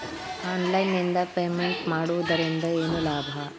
Online ನಿಂದ payment ಮಾಡುವುದರಿಂದ ಏನು ಲಾಭ?